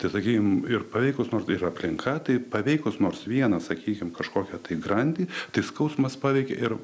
tai sakykim ir paveikus nors ir aplinka tai paveikus nors vieną sakykim kažkokią tai grandį tai skausmas paveikia ir